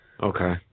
Okay